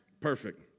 Perfect